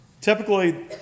Typically